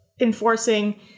enforcing